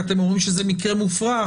כי אתם אומרים שזה מקרה מופרך,